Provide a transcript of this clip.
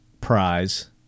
prize